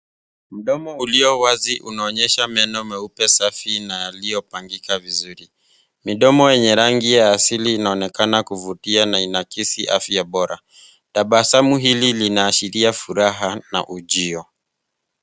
Mdomo uliowazi unaonyesha meno meupe safi na yaliopangika vizuri. Mdomo wenye rangi ya asili unaonekana kuvutia na inaagizi afya bora. Tabasamu hili unaashiria furaha na uchio.